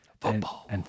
football